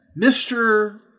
Mr